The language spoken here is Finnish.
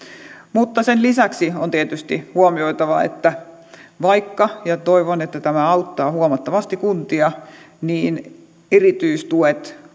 mutta sen lisäksi on tietysti huomioitava että vaikka ja toivon että tämä auttaa huomattavasti kuntia niin erityistuet